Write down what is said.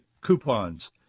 coupons